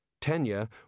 Tenure